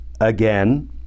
again